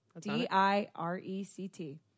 D-I-R-E-C-T